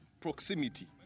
proximity